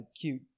cute